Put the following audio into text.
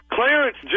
Clarence